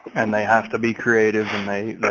and they have to be creative and they